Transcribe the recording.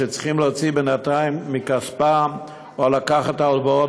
שצריכים להוציא בינתיים מכספם או לקחת הלוואות